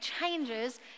changes